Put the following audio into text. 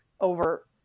over